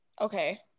Okay